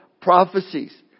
prophecies